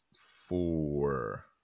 four